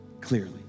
clearly